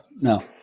no